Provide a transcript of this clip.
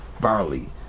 barley